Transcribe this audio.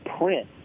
print